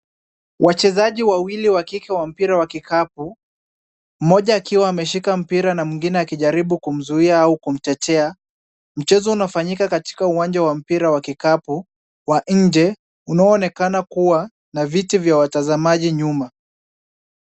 Wachezaji wawili wa kike wa mpira wa kikapu, mmoja akiwa ameshika mpira na mwingine akijaribu kumzuia au kumtetea. Mchezo unafanyika katika uwanja wa mpira wa kikapu wa nje, unao onekana kuwa na viti vya watazamaji nyuma.